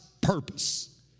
purpose